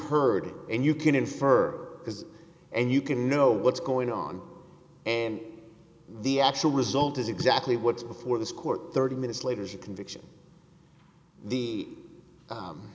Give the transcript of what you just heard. heard and you can infer because and you can know what's going on and the actual result is exactly what's before this court thirty minutes later she conviction the